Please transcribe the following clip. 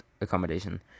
accommodation